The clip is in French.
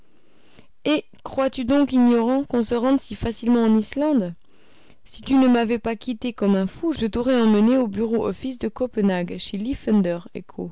eh crois-tu donc ignorant qu'on se rende si facilement en islande si tu ne m'avais pas quitté comme un fou je t'aurais emmené au bureau office de copenhague chez liffender